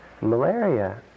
Malaria